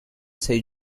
sei